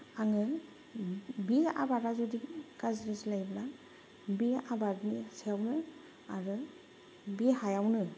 आङो बि आबादा जुदि गाज्रि जायोब्ला बे आबादनि सायावनो आरो बे हायावनो